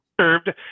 served